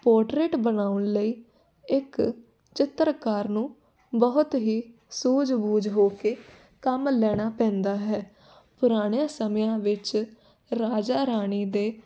portrait ਬਣਾਉਣ ਲਈ ਇੱਕ ਚਿੱਤਰਕਾਰ ਨੂੰ ਬਹੁਤ ਹੀ ਸੂਝ ਬੂਝ ਹੋ ਕੇ ਕੰਮ ਲੈਣਾ ਪੈਂਦਾ ਹੈ ਪੁਰਾਣਿਆਂ ਸਮਿਆਂ ਵਿੱਚ ਰਾਜਾ ਰਾਣੀ ਦੇ